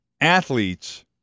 athletes